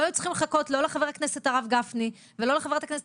לא היו צריכים לחכות לא לחבר הכנסת הרב גפני ולא לחברת הכנסת